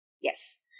Yes